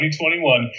2021